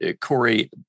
Corey